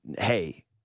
hey